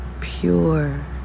pure